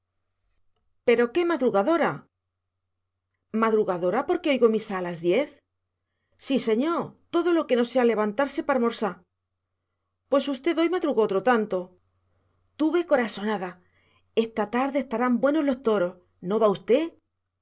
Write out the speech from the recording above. pero qué madrugadora madrugadora porque oigo misa a las diez sí señó todo lo que no sea levantarse para almorsá pues usted hoy madrugó otro tanto tuve corasonada esta tarde estarán buenos los toros no va usted